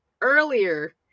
earlier